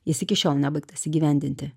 jis iki šiol nebaigtas įgyvendinti